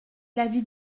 l’avis